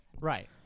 Right